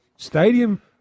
Stadium